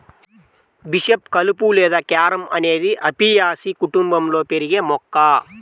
bishop కలుపు లేదా carom అనేది అపియాసి కుటుంబంలో పెరిగే మొక్క